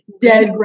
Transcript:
Dead